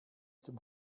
zum